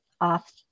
off